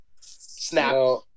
Snap